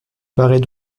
paraît